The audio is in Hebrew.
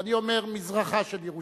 ואני אומר מזרחה של ירושלים.